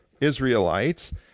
Israelites